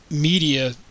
media